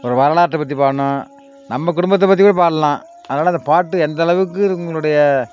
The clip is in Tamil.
ஒரு வரலாற்றை பற்றி பாடணும் நம்ம குடும்பத்தை பற்றியுமே பாடலாம் அதனால் அந்த பாட்டு எந்த அளவுக்கு இவங்களுடைய